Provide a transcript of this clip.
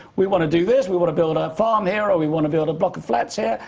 we wanna do this. we wanna build a farm here or we wanna build a block of flats here.